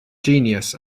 genius